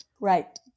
Right